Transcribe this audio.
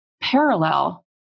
parallel